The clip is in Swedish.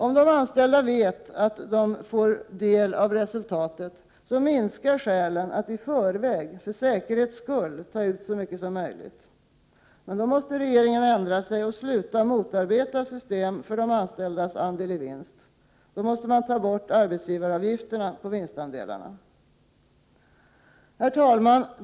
Om de anställda vet att de får del av resultatet, minskar skälen att i förväg, för säkerhets skull, ta ut så mycket som möjligt. Men då måste regeringen ändra sig och sluta motarbeta system för de anställdas andel-i-vinst, då måste man alltså ta bort arbetsgivaravgifterna på vinstandelarna. Herr talman!